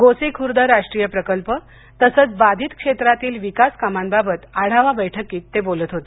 गोसीखुर्द राष्ट्रीय प्रकल्प तसंच बाधित क्षेत्रातील विकास कामांबाबत आढावा बैठकीत ते बोलत होते